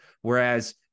Whereas